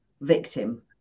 victim